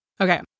Okay